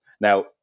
Now